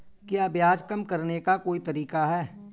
क्या ब्याज कम करने का कोई तरीका है?